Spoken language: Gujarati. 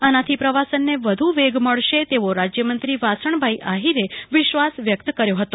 આનાથી પ્રવાસનને વધુ વેગ મળશે તેવો રાજયમંત્રી વાસણભાઈ આહિરે વિશ્વાસ વ્યક્ત કર્યો હતો